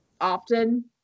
often